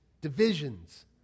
divisions